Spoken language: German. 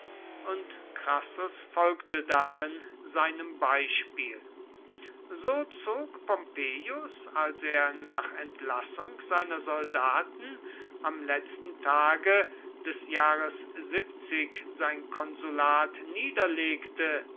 und crassus folgte darin seinem beispiel so zog pompeius als er nach entlassung seiner soldaten am letzten tage des jahres sein konsulat niederlegte